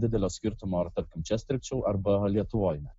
didelio skirtumo ar tarkim čia strigčiau arba lietuvoj net